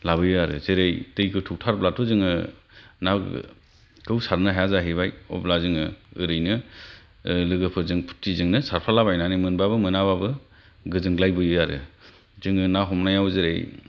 लाबोयो आरो जेरै दै गोथौथार बाथ' जोङो नाखौ सारनो हाया जाहैबाय अब्ला जोङो ओरैनो लोगोफोरजों फुरथिजोंनो सारफाला बायनानै मोनबाबो मोनाबाबो गोजोनग्लायबोयो आरो जोङो ना हमनायाव जेरै